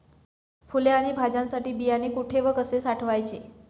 फुले आणि भाज्यांसाठी बियाणे कुठे व कसे साठवायचे?